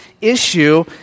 issue